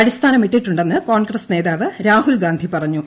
അടിസ്ഥാനമിട്ടിട്ടുണ്ടെന്ന് കോൺഗ്രസ് നേതാവ് രാഹുൽ ഗാന്ധി പ്പുറഞ്ഞു